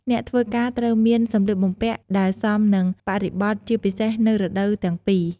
អ្នកធ្វើការត្រូវមានសម្លៀកបំពាក់ដែលសមនឹងបរិបទជាពិសេសនៅរដូវទាំងពីរ។